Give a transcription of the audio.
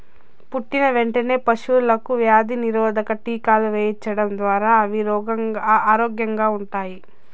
పుట్టిన వెంటనే పశువులకు వ్యాధి నిరోధక టీకాలు వేయించడం ద్వారా అవి ఆరోగ్యంగా ఉంటాయి